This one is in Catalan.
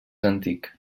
antic